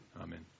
Amen